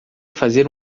fazer